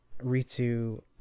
Ritsu